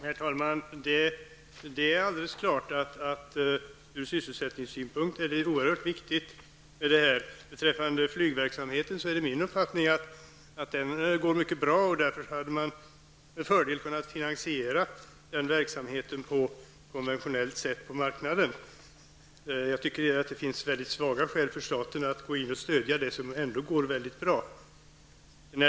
Herr tallman! Det är klart att detta är oerhört viktigt från sysselsättningssynpunkt. Det är min uppfattning att flygplanstillverkningen går mycket bra och därför hade man med fördel kunnat finansierat den verksamheten på konventionell sätt på marknaden. Det finns mycket svaga skäl för staten att gå in och stödja det som ändå går väldigt bra.